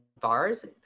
bars